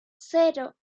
cero